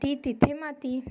अति तिथे माती